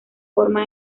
forma